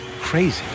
crazy